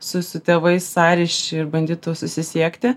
su su tėvais sąryšį ir bandytų susisiekti